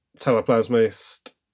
Teleplasmist